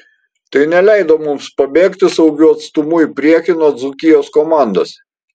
tai neleido mums pabėgti saugiu atstumu į priekį nuo dzūkijos komandos